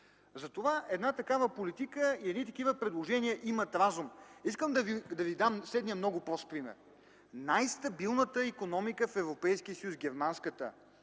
Затова една такава политика и едни такива предложения имат разум. Искам да ви дам следния много прост пример. Най-стабилната икономика в Европейския съюз – германската, въпреки